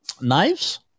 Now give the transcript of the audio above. knives